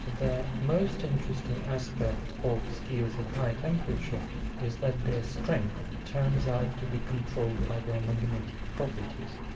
the most interesting aspect of steels at high temperature is that their strength turns out to be controlled by their magnetic properties,